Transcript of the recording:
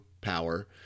power